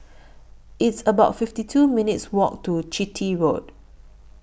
It's about fifty two minutes' Walk to Chitty Road